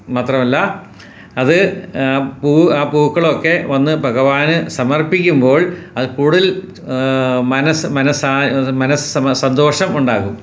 മാത്രമല്ല അത് പൂ ആ പൂക്കളൊക്കെ വന്ന് ഭഗവാന് സമർപ്പിക്കുമ്പോൾ അത് കൂടുതല് മനസ്സ് മനസ്സാ മനസ്സ് സന്തോഷം ഉണ്ടാകും